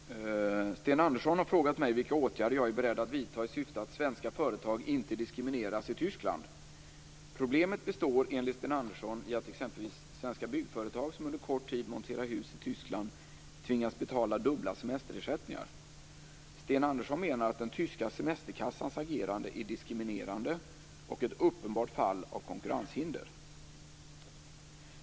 Fru talman! Sten Andersson har frågat mig vilka åtgärder jag är beredd att vidta i syfte att svenska företag inte diskrimineras i Tyskland. Problemet består, enligt Sten Andersson, i att exempelvis svenska byggföretag som under kort tid monterar hus i Tyskland tvingas betala dubbla semesterersättningar. Sten Andersson menar att den tyska semesterkassans agerande är diskriminerande och ett uppenbart fall av konkurrenshinder.